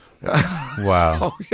wow